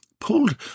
pulled